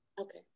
Okay